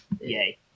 yay